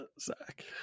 Zach